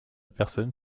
personne